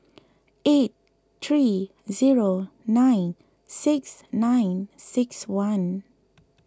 eight three zero nine six nine six one